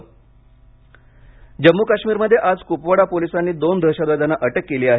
दहशतवादी जम्मू काश्मीरमध्ये आज कुपवाडा पोलिसांनी दोन दहशतवाद्यांना अटक केली आहे